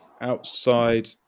outside